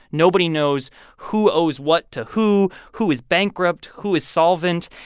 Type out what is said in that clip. nobody knows who owes what to who, who is bankrupt, who is solvent.